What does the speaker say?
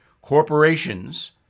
Corporations